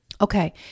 Okay